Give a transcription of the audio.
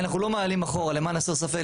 אנחנו לא מעלים אחורה, למען הסר ספק.